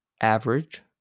average